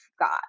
god